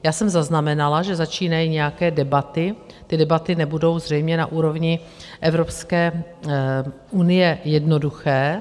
Já jsem zaznamenala, že začínají nějaké debaty, ty debaty nebudou zřejmě na úrovni Evropské unie jednoduché.